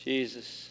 Jesus